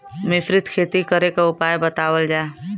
मिश्रित खेती करे क उपाय बतावल जा?